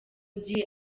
gihe